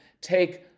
take